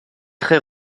très